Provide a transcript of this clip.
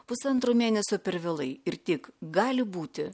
pusantro mėnesio per vėlai ir tik gali būti